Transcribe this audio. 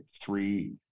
three